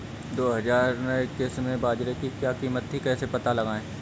दो हज़ार इक्कीस में बाजरे की क्या कीमत थी कैसे पता लगाएँ?